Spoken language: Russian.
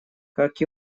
как